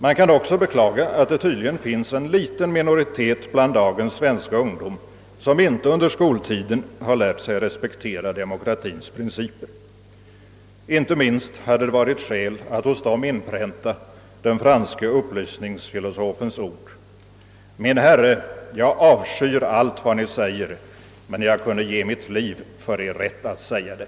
Man kan också beklaga att det tydligen finns en liten minoritet bland dagens svenska ungdom, som under skoltiden inte har lärt sig respektera demokratiens principer. Inte minst hade det varit skäl att hos dem inpränta den franske upplysningsfilosofens ord: »Min herre, jag avskyr allt vad Ni säger, men jag kunde ge mitt liv för Er rätt att säga det.»